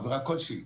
עבירה כלשהי,